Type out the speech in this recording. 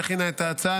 שהכינה את ההצעה,